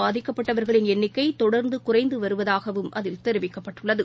பாதிக்கப்பட்டவர்களின் எண்ணிக்கைதொடர்ந்துகுறைந்துவருவதாகவும் அதில் தொற்றால் தெரிவிக்கப்பட்டுள்ளது